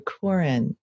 Corin